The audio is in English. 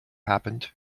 happened